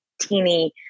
teeny